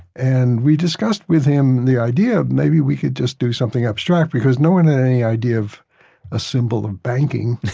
and we discussed with him the idea of maybe we could just do something abstract because no one had any idea of a symbol of banking